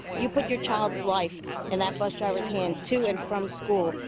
you put your child's life in that bus driver's hands to and from school.